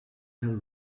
tell